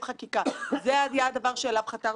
ובהעמקה כפי שהיו כאן,